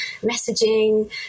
messaging